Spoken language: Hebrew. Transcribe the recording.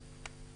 שבאמת